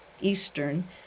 Eastern